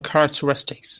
characteristics